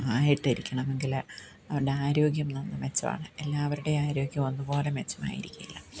ആയിട്ടിരിക്കണമെങ്കില് അവരുടെ ആരോഗ്യം നല്ല മെച്ചമാണ് എല്ലാവരുടേയും ആരോഗ്യം ഒന്നുപോലെ മെച്ചമായിരിക്കില്ല